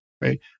right